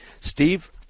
steve